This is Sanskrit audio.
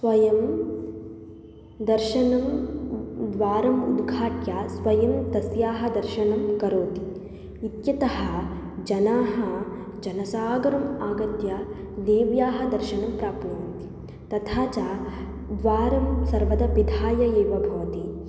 स्वयं दर्शनं द्वारम् उद्घाट्य स्वयं तस्याः दर्शनं करोति इत्यतः जनाः जनसागरम् आगत्य देव्याः दर्शनं प्राप्नुवन्ति तथा च द्वारं सर्वदा पिधाय एव भवति